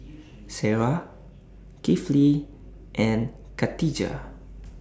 Sarah Kifli and Khatijah